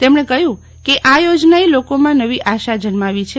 તેમણે કહ્યું કે આ યોજનાએ લોકોમાં નવી આશા જન્માવી છે